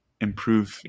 improve